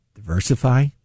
Diversify